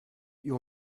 your